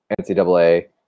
NCAA